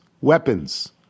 weapons